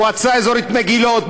מועצה אזורית מגילות,